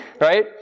Right